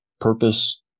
purpose